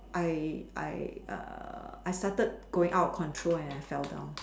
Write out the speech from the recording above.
I I err I started going out of control and I fell down